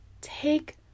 take